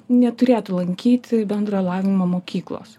neturėtų lankyti bendrojo lavimo mokyklos